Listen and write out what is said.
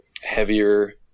Heavier